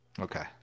Okay